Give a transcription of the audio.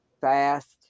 fast